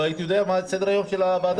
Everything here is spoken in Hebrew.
לא הייתי יודע מה סדר-היום של הוועדה.